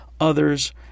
others